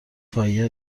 پایه